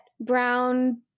brown